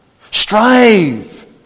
Strive